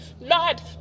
Lord